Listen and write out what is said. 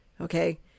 Okay